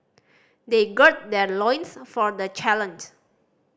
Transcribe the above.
they gird their loins for the challenge